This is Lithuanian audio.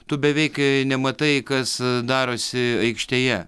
tu beveik nematai kas darosi aikštėje